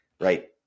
right